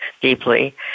deeply